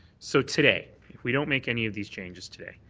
so today, if we don't make any of these changes today,